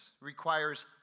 requires